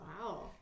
Wow